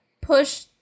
push